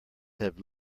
have